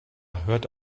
hört